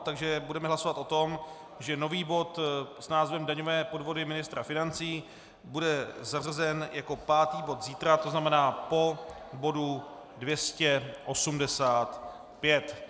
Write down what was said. Takže budeme hlasovat o tom, že nový bod s názvem Daňové podvody ministra financí bude zařazen jako pátý bod zítra, to znamená po bodu 285.